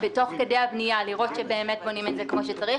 תוך כדי הבנייה, לראות שבאמת בונים כמו שצריך.